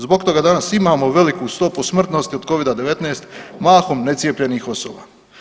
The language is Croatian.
Zbog toga danas imamo veliku stopu smrtnosti od covida-19 mahom necijepljenih osoba.